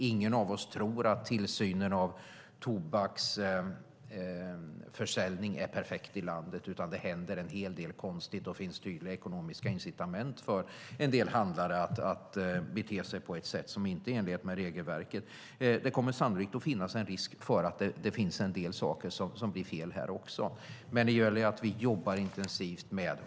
Ingen av oss tror att tillsynen av tobaksförsäljning i landet är perfekt, utan det händer en hel del konstigt, och det finns tydliga ekonomiska incitament för en del handlare att bete sig på ett sätt som inte är i enlighet med regelverket. Det kommer sannolikt att finnas en risk för att en del saker kan bli fel här också, men det gäller att vi jobbar intensivt.